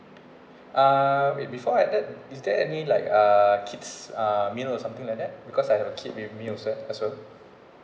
uh it before I add is there any like uh kids uh meal or something like that because I have a kid with me as well my son